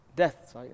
Death